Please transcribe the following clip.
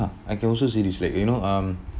now I can also see this like you know um